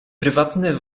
prywatny